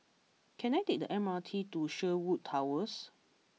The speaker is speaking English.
can I take the M R T to Sherwood Towers